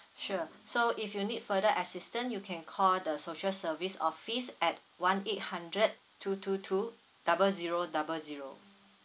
sure so if you need further assistance you can call the social service office at one eight hundred two two two double zero double zero